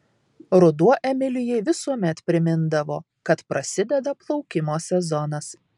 ruduo emilijai visuomet primindavo kad prasideda plaukimo sezonas